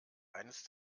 eines